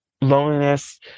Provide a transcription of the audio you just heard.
Loneliness